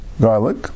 garlic